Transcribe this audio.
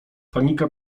panika